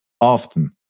often